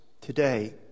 today